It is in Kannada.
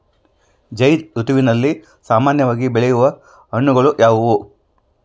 ಝೈಧ್ ಋತುವಿನಲ್ಲಿ ಸಾಮಾನ್ಯವಾಗಿ ಬೆಳೆಯುವ ಹಣ್ಣುಗಳು ಯಾವುವು?